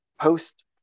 post